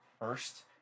first